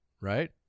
right